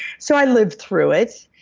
so i lived through it,